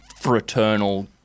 fraternal